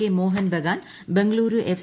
K Mohun Bagan Bengaluru F